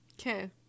okay